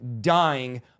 dying